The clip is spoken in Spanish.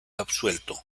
absuelto